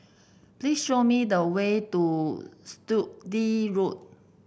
please show me the way to Sturdee Road